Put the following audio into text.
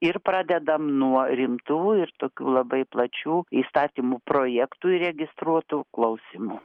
ir pradedam nuo rimtų ir tokių labai plačių įstatymų projektų įregistruotų klausymų